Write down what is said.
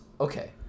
okay